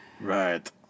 Right